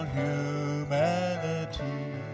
humanity